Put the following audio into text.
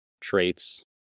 traits